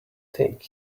think